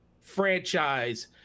franchise